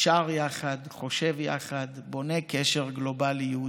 שר יחד, חושב יחד, בונה קשר גלובלי יהודי.